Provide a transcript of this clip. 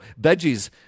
veggies